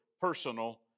personal